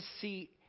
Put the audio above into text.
see